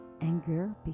Anger